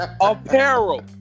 Apparel